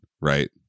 right